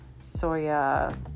soya